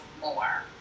more